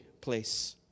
place